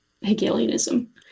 Hegelianism